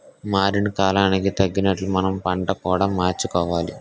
మారిన కాలానికి తగినట్లు మనం పంట కూడా మార్చుకోవాలి